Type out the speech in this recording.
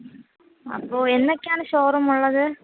അപ്പോൾ എന്നൊക്കെയാണ് ഷോറൂം ഉള്ളത്